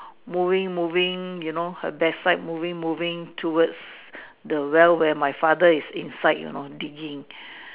moving moving you know her backside moving moving to wards the well where my father is inside you know digging